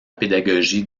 pédagogie